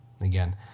again